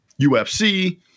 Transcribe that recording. UFC